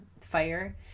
fire